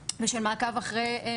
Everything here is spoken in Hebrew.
וגם על זה ידברו פה בהרחבה,